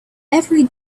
every